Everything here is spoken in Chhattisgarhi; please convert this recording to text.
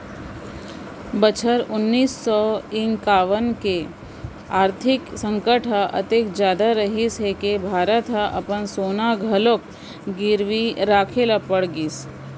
बछर उन्नीस सौ इंकावन के आरथिक संकट ह अतेक जादा रहिस हे के भारत ह अपन सोना घलोक गिरवी राखे ल पड़ गिस